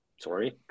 Sorry